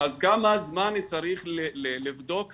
אז כמה זמן צריך לבדוק חסמים,